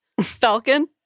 Falcon